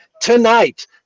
tonight